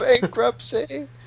Bankruptcy